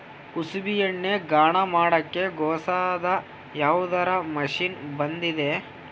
ಕುಸುಬಿ ಎಣ್ಣೆ ಗಾಣಾ ಮಾಡಕ್ಕೆ ಹೊಸಾದ ಯಾವುದರ ಮಷಿನ್ ಬಂದದೆನು?